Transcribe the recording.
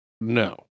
No